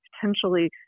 potentially